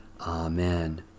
Amen